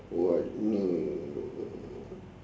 what